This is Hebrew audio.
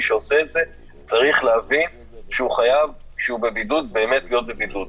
מי שעושה את זה צריך להבין שכאשר הוא בבידוד באמת להיות בבידוד.